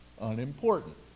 unimportant